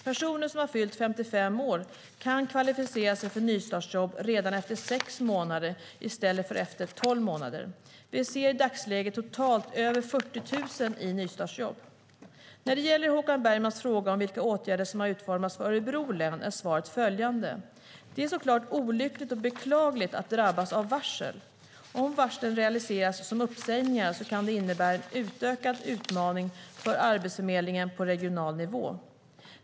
Personer som har fyllt 55 år kan kvalificera sig för nystartsjobb redan efter sex månader, i stället för efter tolv månader. Vi ser i dagsläget totalt över 40 000 i nystartsjobb. När det gäller Håkan Bergmans fråga om vilka åtgärder som utformas för Örebro län är svaret följande: Det är såklart olyckligt och beklagligt att drabbas av varsel. Om varslen realiseras som uppsägningar kan det innebära en ökad utmaning för Arbetsförmedlingen på regional nivå.